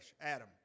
Adam